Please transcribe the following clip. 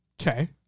Okay